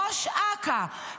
ראש אכ"א,